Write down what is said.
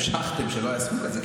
שלא היה סכום כזה,